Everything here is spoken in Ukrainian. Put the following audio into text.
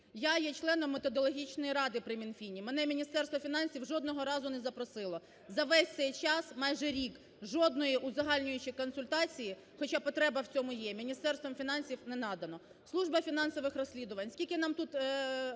Я є членом методологічної ради при Мінфіні, мене Міністерство фінансів жодного разу не запросило. За весь цей час, майже рік жодної узагальнюючої консультації, хоча потреба в цьому є, Міністерством фінансів не надано. Служба фінансових розслідувань. Скільки нам тут